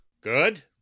Good